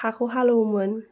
हाखौ हाल एवोमोन